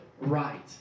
right